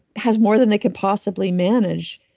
has more than they can possibly manage,